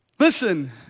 Listen